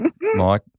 Mike